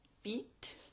feet